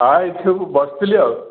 ହଁ ଏହିଠି ସବୁ ବସିଥିଲି ଆଉ